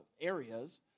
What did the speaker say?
areas